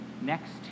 next